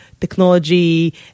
technology